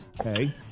Okay